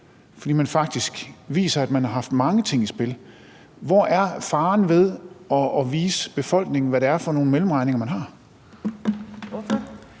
fordi man faktisk viser, at man har haft mange ting i spil. Hvor er faren ved at vise befolkningen, hvad det er for nogle mellemregninger, man har? Kl.